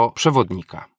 przewodnika